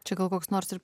čia gal koks nors ir